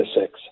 six